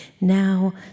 Now